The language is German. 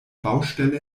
baustelle